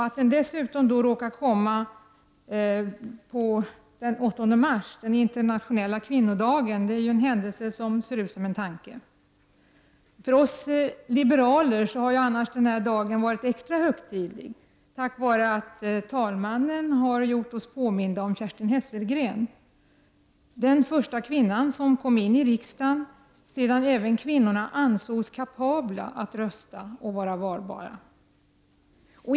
Att den dessutom skulle råka behandlas den 8 mars, på den internationella kvinnodagen, är en händelse som ser ut som en tanke. För oss liberaler har denna dag varit extra högtidlig. Vi har tack vare talmannen blivit påminda om Kerstin Hesselgren, den första kvinnan som kom in i riksdagen, sedan även kvinnorna ansetts kapabla att rösta och vara valbara.